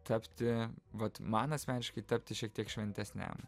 tapti vat man asmeniškai tapti šiek tiek šventesniam